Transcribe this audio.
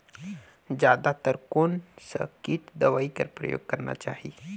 जादा तर कोन स किट दवाई कर प्रयोग करना चाही?